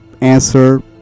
answer